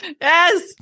Yes